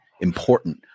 important